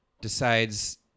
decides